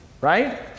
right